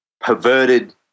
perverted